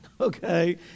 okay